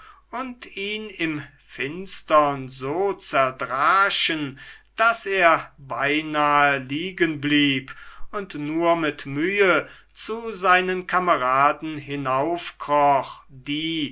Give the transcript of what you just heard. und ihn im finstern so zerdraschen daß er beinahe liegenblieb und nur mit mühe zu seinen kameraden hinaufkroch die